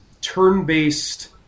turn-based